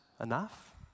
enough